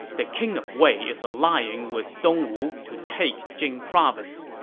the king of wei is allying with dongwu to take jing province,